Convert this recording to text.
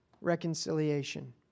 reconciliation